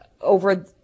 over